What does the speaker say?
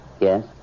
Yes